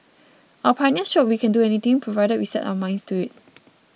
our pioneers showed we can do anything provided we set our minds to it